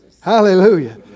Hallelujah